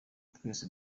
twese